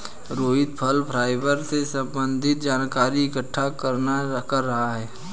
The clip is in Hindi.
रोहित फल फाइबर से संबन्धित जानकारी इकट्ठा कर रहा है